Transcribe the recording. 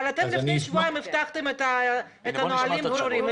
לפני שבועיים הבטחתם שיהיו נהלים ברורים.